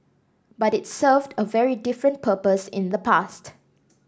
but it served a very different purpose in the past